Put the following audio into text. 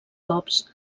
cops